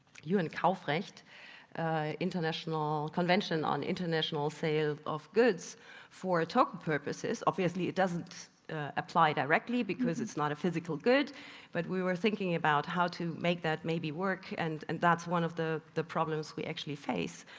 un-kaufrecht, international convention on international sale of goods for token purposes. obviously it doesn't apply directly because it's not a physical good but we were thinking about how to make that maybe work and that's one of the the problems we actually face.